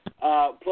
Plus